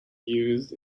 used